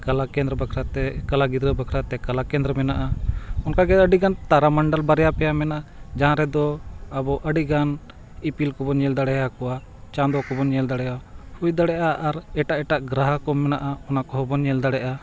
ᱠᱟᱞᱟ ᱠᱮᱱᱫᱨᱚ ᱵᱟᱠᱷᱨᱟᱛᱮ ᱠᱟᱞᱟ ᱜᱤᱫᱽᱨᱟᱹ ᱵᱟᱠᱷᱨᱟᱛᱮ ᱠᱟᱞᱟ ᱠᱮᱱᱫᱨᱚ ᱢᱮᱱᱟᱜᱼᱟ ᱚᱱᱠᱟᱜᱮ ᱟᱹᱰᱤᱜᱟᱱ ᱛᱟᱨᱟ ᱢᱚᱱᱰᱚᱞ ᱵᱟᱨᱭᱟ ᱯᱮᱭᱟ ᱢᱮᱱᱟᱜᱼᱟ ᱡᱟᱦᱟᱸ ᱨᱮᱫᱚ ᱟᱵᱚ ᱟᱹᱰᱤᱜᱟᱱ ᱤᱯᱤᱞ ᱠᱚᱵᱚᱱ ᱧᱮᱞ ᱫᱟᱲᱮᱭᱟᱠᱚᱣᱟ ᱪᱟᱸᱫᱳ ᱠᱚᱵᱚᱱ ᱧᱮᱞ ᱫᱟᱲᱮᱭᱟᱜᱼᱟ ᱦᱩᱭ ᱫᱟᱲᱮᱭᱟᱜᱼᱟ ᱟᱨ ᱮᱴᱟᱜ ᱮᱴᱟᱜ ᱜᱨᱚᱦᱚ ᱠᱚ ᱢᱮᱱᱟᱜᱼᱟ ᱚᱱᱟ ᱠᱚᱦᱚᱸᱵᱚᱱ ᱧᱮᱞ ᱫᱟᱲᱮᱭᱟᱜᱼᱟ